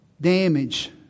damage